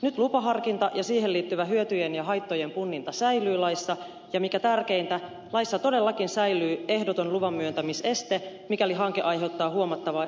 nyt lupaharkinta ja siihen liittyvä hyötyjen ja haittojen punninta säilyy laissa ja mikä tärkeintä laissa todellakin säilyy ehdoton luvanmyöntämiseste mikäli hanke aiheuttaa huomattavia haitallisia vaikutuksia